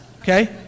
okay